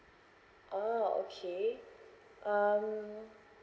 oh okay um